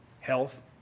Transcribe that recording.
health